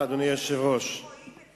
האזרחים רואים אתכם, רואים ושופטים.